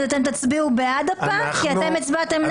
אתם תצביעו בעד הפעם כי אתם הצבעתם נגד בפעם הקודמת.